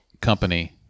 company